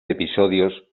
episodios